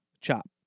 Chop